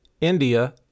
India